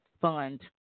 fund